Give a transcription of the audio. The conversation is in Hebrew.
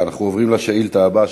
אנחנו עוברים לשאילתה הבאה,